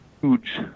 huge